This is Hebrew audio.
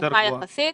נמוכה יחסית.